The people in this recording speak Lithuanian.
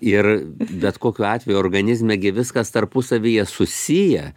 ir bet kokiu atveju organizme gi viskas tarpusavyje susiję